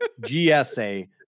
GSA